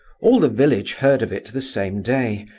all the village heard of it the same day,